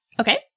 Okay